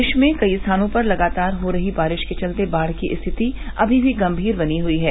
प्रदेश में कई स्थानों पर लगातार हो रही बारिश के चलते बाढ़ की स्थिति अभी भी गंभीर बनी हुई है